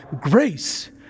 grace